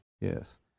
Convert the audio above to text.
Yes